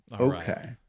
Okay